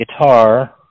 guitar